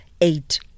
Eight